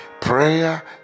prayer